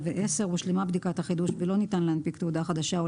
הושלמה בדיקת החידוש ולא ניתן להנפיק תעודה חדשה או